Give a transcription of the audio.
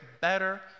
better